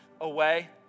away